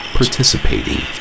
participating